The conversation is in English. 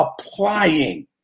applying